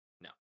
No